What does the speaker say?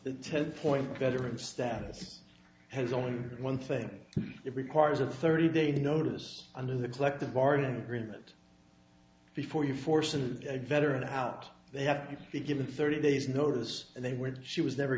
the ten point veteran status has only one thing it requires a thirty day notice under the collective bargaining agreement before you forces a veteran out they have to be given thirty days notice and they went she was never